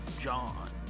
John